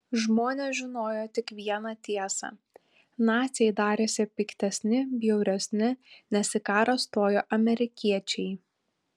žmonės žinojo tik vieną tiesą naciai darėsi piktesni bjauresni nes į karą stojo amerikiečiai